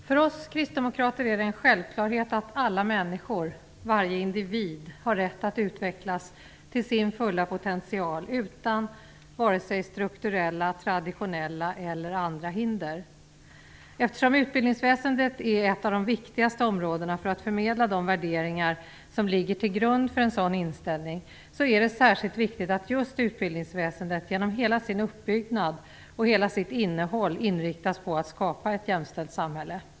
Fru talman! För oss kristdemokrater är det en självklarhet att alla människor, varje individ, har rätt att utvecklas till sin fulla potential utan strukturella, traditionella eller andra hinder. Eftersom utbildningsväsendet är ett av de viktigaste områdena för att förmedla de värderingar som ligger till grund för en sådan inställning är det särskilt viktigt att just utbildningsväsendet genom hela sin uppbyggnad och hela sitt innehåll inriktas på att skapa ett jämställt samhälle.